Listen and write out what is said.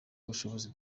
ubushobozi